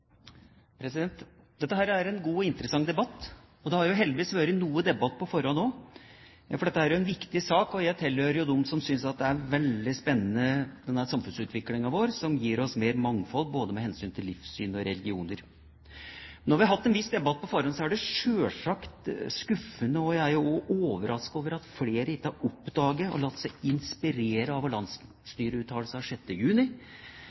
saka. Dette er en god og interessant debatt, og det har heldigvis vært noe debatt på forhånd også. For dette er en viktig sak, og jeg tilhører dem som synes at det er veldig spennende med samfunnsutviklinga vår, som gir oss mer mangfold, både med hensyn til livssyn og religioner. Når vi har hatt en viss debatt på forhånd, er det selvsagt skuffende, og jeg er overrasket over, at flere ikke har oppdaget og latt seg inspirere av vår landsstyreuttalelse av 6. juni